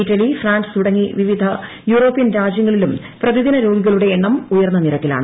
Italy France തുടങ്ങി വിവിധ European രാജൃങ്ങളിലും പ്രതിദിന രോഗികളുടെ എണ്ണം ഉയർന്ന നിരക്കിലാണ്